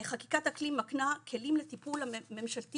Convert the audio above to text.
"חקיקת אקלים מקנה כלים לטיפול ממשלתי